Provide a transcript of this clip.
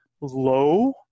low